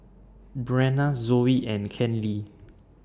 Brenna Zoey and Kenley